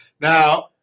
Now